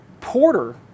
Porter